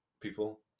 people